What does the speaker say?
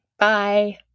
Bye